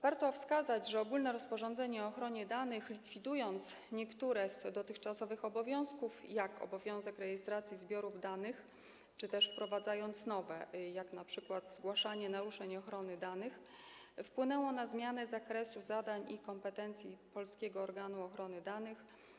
Warto wskazać, że ogólne rozporządzenie o ochronie danych, likwidując niektóre z dotychczasowych obowiązków, jak obowiązek rejestracji zbiorów danych, czy też wprowadzając nowe obowiązki, jak np. zgłaszanie naruszeń ochrony danych, wpłynęło na zmianę zakresu zadań i kompetencji polskiego organu ochrony danych.